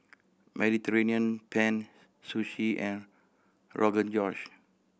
Mediterranean Penne Sushi and Rogan Josh